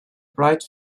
bright